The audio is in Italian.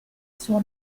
sua